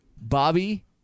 Bobby